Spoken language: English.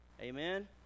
Amen